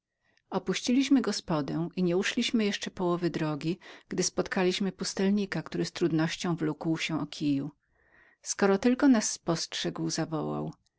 opuściliśmy gospodę i nieuszliśmy jeszcze połowy drogi gdy spotkaliśmy pustelnika który z trudnością wlókł się o kiju skoro tylko nas spostrzegł zawołał